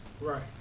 Right